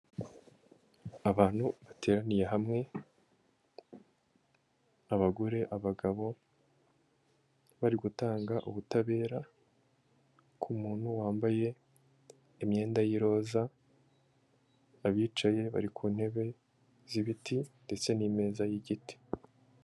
Abantu bateraniye hamwe, abagore, abagabo, bari gutanga ubutabera ku muntu wambaye imyenda y'iroza, abicaye bari ku ntebe z'ibiti ndetse n'imeza y'igiti.